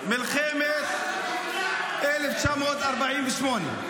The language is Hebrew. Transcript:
בראייה היסטורית, היו מלחמות: הייתה מלחמת 1948,